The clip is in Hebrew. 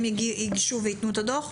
הם ייגשו וייתנו את הדוח?